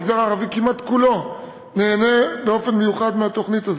המגזר הערבי כמעט כולו נהנה באופן מיוחד מהתוכנית הזאת.